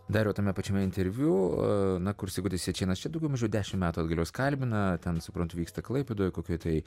dariau tame pačiame interviu na kur sigutis jačėnas čia daugiau mažiau dešimt metų atgalios kalbina ten suprantu vyksta klaipėdoj kokioj tai